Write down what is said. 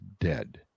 dead